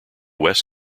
west